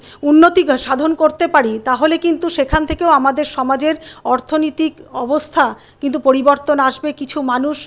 উন্নতি সাধন করতে পারি তাহলে কিন্তু সেখান থেকেও আমাদের সমাজের অর্থনৈতিক অবস্থা কিন্তু পরিবর্তন আসবে কিছু মানুষ